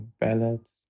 ballads